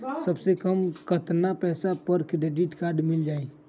सबसे कम कतना पैसा पर क्रेडिट काड मिल जाई?